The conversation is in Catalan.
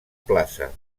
plaça